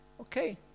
okay